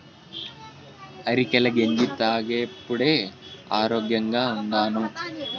అరికెల గెంజి తాగేప్పుడే ఆరోగ్యంగా ఉండాను